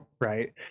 right